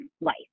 life